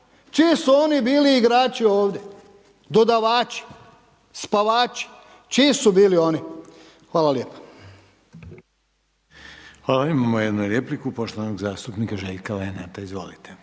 Čiji su oni bili igrači ovdje? Dodavači, spavači. Čiji su bili oni? Hvala lijepa. **Reiner, Željko (HDZ)** Hvala. Imamo jednu repliku poštovanog zastupnika Željka Lenarta. Izvolite.